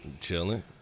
Chilling